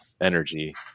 energy